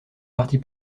partis